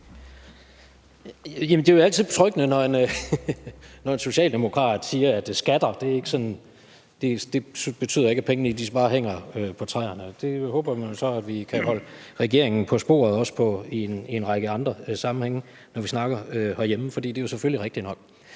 det er jo altid betryggende, når en socialdemokrat siger, at skatter ikke betyder, at pengene sådan bare hænger på træerne. Der håber jeg så vi kan holde regeringen på sporet – også når vi snakker en række andre sammenhænge herhjemme – for det er selvfølgelig rigtigt nok.